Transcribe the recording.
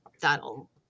that'll